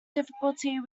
difficulty